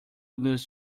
lose